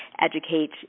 educate